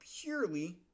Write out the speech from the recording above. purely